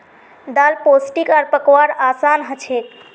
दाल पोष्टिक आर पकव्वार असान हछेक